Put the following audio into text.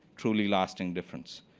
truly lasting difference,